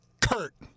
Kurt